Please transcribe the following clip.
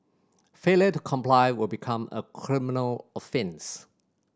failure to comply will become a criminal offence